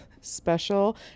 special